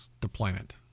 deployment